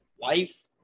life